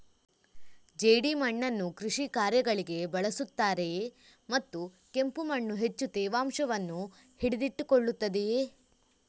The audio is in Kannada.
ಜೇಡಿಮಣ್ಣನ್ನು ಕೃಷಿ ಕಾರ್ಯಗಳಿಗೆ ಬಳಸುತ್ತಾರೆಯೇ ಮತ್ತು ಕೆಂಪು ಮಣ್ಣು ಹೆಚ್ಚು ತೇವಾಂಶವನ್ನು ಹಿಡಿದಿಟ್ಟುಕೊಳ್ಳುತ್ತದೆಯೇ?